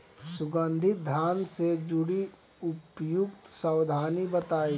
सुगंधित धान से जुड़ी उपयुक्त सावधानी बताई?